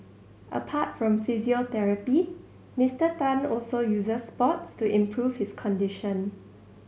apart from physiotherapy Mister Tan also uses sports to improve his condition